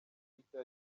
twitter